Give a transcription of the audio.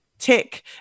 tick